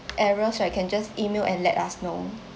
errors so I can just email and let us know